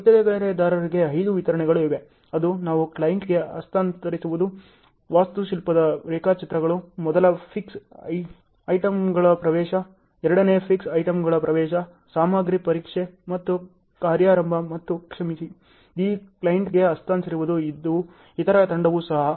ಗುತ್ತಿಗೆದಾರರಿಂದ ಐದು ವಿತರಣೆಗಳು ಇವೆ ಅದು ನಾವು ಕ್ಲೈಂಟ್ಗೆ ಹಸ್ತಾಂತರಿಸುವುದು ವಾಸ್ತುಶಿಲ್ಪದ ರೇಖಾಚಿತ್ರಗಳು ಮೊದಲ ಫಿಕ್ಸ್ ಐಟಂಗಳ ಪ್ರವೇಶ ಎರಡನೇ ಫಿಕ್ಸ್ ಐಟಂಗಳ ಪ್ರವೇಶ ಸಮಗ್ರ ಪರೀಕ್ಷೆ ಮತ್ತು ಕಾರ್ಯಾರಂಭ ಮತ್ತು ಕ್ಷಮಿಸಿ ಈ ಕ್ಲೈಂಟ್ಗೆ ಹಸ್ತಾಂತರಿಸುವುದು ಇತರ ತಂಡವೂ ಸಹ